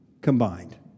combined